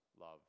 love